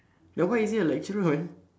then why is he a lecturer man